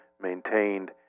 maintained